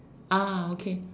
ah okay